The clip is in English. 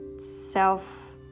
self